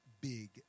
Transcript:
big